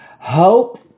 Hope